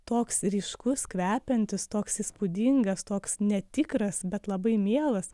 toks ryškus kvepiantis toks įspūdingas toks netikras bet labai mielas